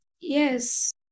yes